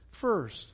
first